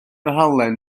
halen